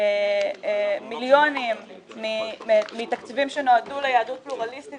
מיליונים מתקציבים שנועדו ליהדות פלורליסטית,